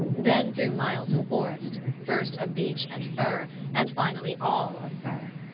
then through miles of forest, first of beech and fir, and finally all of fir.